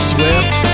Swift